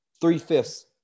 Three-fifths